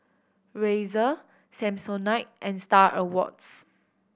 Razer Samsonite and Star Awards